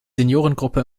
seniorengruppe